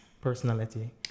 personality